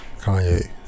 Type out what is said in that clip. Kanye